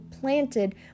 planted